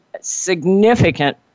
significant